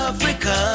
Africa